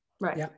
Right